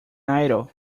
idol